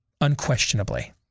Unquestionably